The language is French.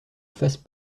face